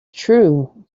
true